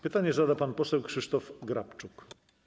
Pytanie zada pan poseł Krzysztof Grabczuk.